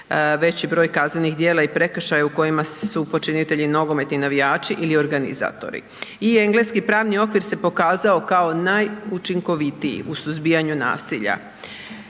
veći broj kaznenih djela i prekršaja u kojima su počinitelji nogometni navijači ili organizatori. I engleski pravni okvir se pokazao kao najučinkovitiji u suzbijanju nasilja.